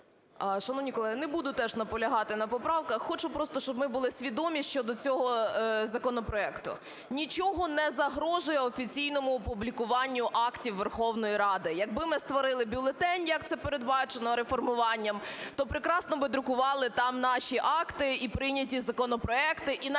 Шановні колеги, не буду теж наполягати на поправках, хочу просто, щоб ми були свідомі щодо цього законопроекту. Нічого не загрожує офіційному опублікуванню актів Верховної Ради. Якби ми створили бюлетень, як це передбачено реформуванням, то прекрасно б друкували там наші акти і прийняті законопроекти, і навіть